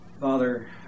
Father